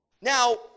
Now